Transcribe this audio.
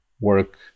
work